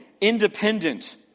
independent